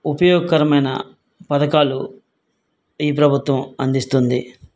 ఉపయోగకరమైన పథకాలు ఈ ప్రభుత్వం అందిస్తుంది